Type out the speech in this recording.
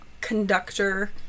conductor